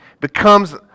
becomes